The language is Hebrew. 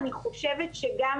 אני חושבת שגם